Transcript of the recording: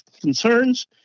concerns